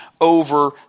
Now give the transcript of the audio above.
over